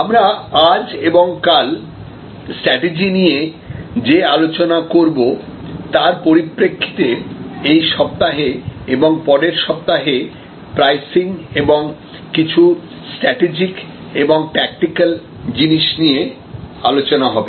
আমরা আজ এবং কাল স্ট্র্যাটেজি নিয়ে যে আলোচনা করব তার পরিপ্রেক্ষিতে এই সপ্তাহে এবং পরের সপ্তাহে প্রাইসিং এবং কিছু স্ট্র্যাটিজিক এবং ট্যাকটিক্যাল জিনিস নিয়ে আলোচনা হবে